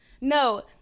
No